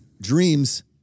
dreams